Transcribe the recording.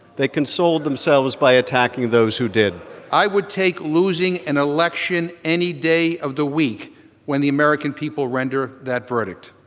they consoled themselves by attacking those who did i would take losing an election any day of the week when the american people render that verdict.